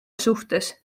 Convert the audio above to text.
suhtes